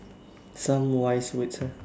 some wise words ah